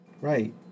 right